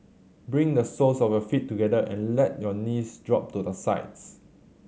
bring the soles of your feet together and let your knees drop to the sides